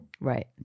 Right